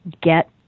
get